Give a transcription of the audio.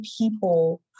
people